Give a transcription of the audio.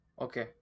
okay